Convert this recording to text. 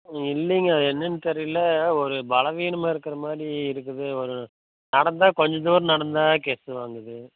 இல்லைங்க என்னென்னு தெரியல ஒரு பலவீனமாக இருக்கிற மாதிரி இருக்குது ஒரு நடந்தால் கொஞ்ச தூரம் நடந்தால் வாங்குது